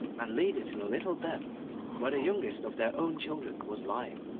and laid it in a little bed where the youngest of their own children was lying.